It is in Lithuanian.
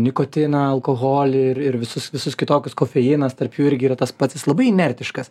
nikotiną alkoholį ir ir visus visus kitokius kofeinas tarp jų irgi yra tas pats jis labai inertiškas